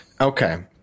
Okay